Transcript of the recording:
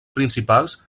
principals